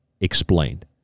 explained